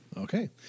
Okay